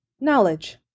Knowledge